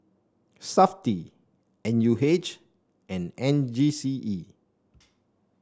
Safti N U H and N G C E